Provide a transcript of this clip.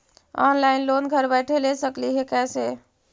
Online loan घर बैठे ले सकली हे, कैसे?